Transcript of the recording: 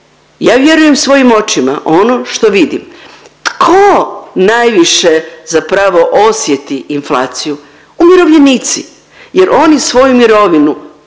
Ja vjerujem svojim očima ono što vidim. Tko najviše zapravo osjeti inflaciju? Umirovljenici jer oni svoju mirovinu